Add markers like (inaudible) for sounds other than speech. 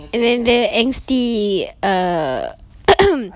and then the angsty err (noise)